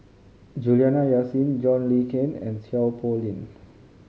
Juliana Yasin John Le Cain and Seow Poh Leng